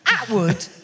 Atwood